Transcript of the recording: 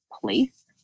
place